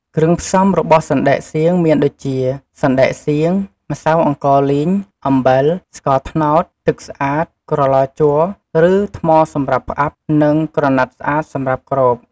គ្រឿងផ្សំរបស់សណ្តែកសៀងមានដូចជា សណ្ដែកសៀង ម្សៅអង្ករលីង អំបិល ស្ករត្នោត ទឹកស្អាត ក្រឡជ័រ ឬ ថ្មសម្រាប់ផ្អាប់ និង ក្រណាត់ស្អាតសម្រាប់គ្រប។